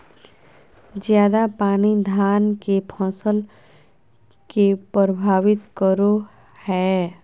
ज्यादा पानी धान के फसल के परभावित करो है?